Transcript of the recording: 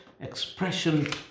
expression